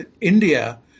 India